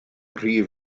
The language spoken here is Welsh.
rhy